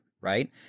right